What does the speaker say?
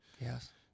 Yes